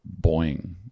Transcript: Boeing